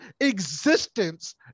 existence